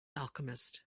alchemist